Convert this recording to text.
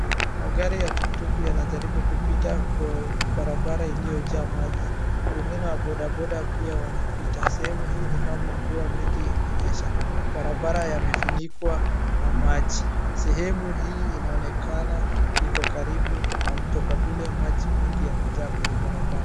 Magari ya tuktuk yanajaribu kupita kwa barabara iliyojaa maji, wengine wa bodaboda pia wanapita. Sehemu hii nikama mvua mingi ilinyesha. Barabara ilifunikwa na maji. Sehemu hii inaonekana iko karibu na mto kwa vile maji mingi yamejaa kwenye barabara.